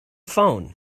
phone